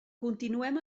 continuem